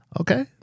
Okay